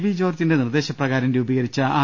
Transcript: V ജോർജ്ജിന്റെ നിർദ്ദേ ശപ്രകാരം രൂപീകരിച്ച ആർ